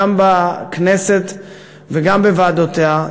גם בכנסת וגם בוועדותיה,